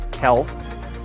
health